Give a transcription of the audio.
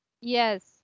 Yes